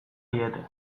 diete